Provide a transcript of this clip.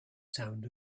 sound